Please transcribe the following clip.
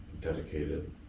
dedicated